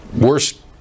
Worst